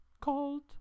called